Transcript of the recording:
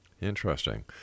Interesting